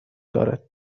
دارد